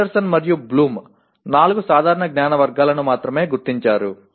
Anderson మరియు Bloom నాలుగు సాధారణ జ్ఞాన వర్గాలను మాత్రమే గుర్తించారు